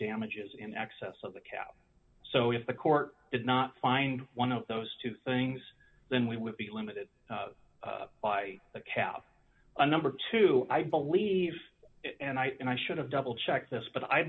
damages in excess of the cap so if the court did not find one of those two things then we would be limited by the kal a number two i believe and i and i should have double checked this but i